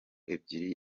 ebyiri